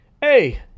hey